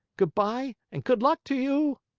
good-by and good luck to you!